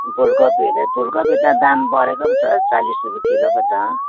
फुलकोपीहरू फुलकोपी त दाम बढेको पो छ चालिस रुपियाँ किलो पो त